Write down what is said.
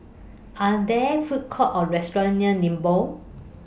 Are There Food Courts Or restaurants near Nibong